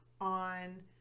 on